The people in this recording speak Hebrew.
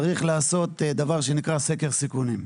צריך לעשות דבר שנקרא סקר סיכונים,